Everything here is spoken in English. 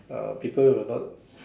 uh people will not